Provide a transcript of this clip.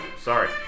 sorry